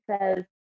says